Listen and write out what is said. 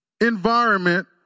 environment